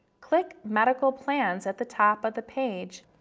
click medical plans at the top of the page,